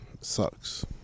sucks